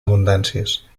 abundàncies